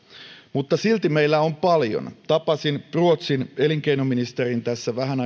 mutta silti meillä on paljon tapasin ruotsin elinkeinoministerin vähän